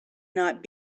not